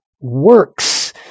works